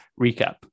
recap